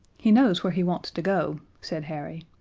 he knows where he wants to go, said harry.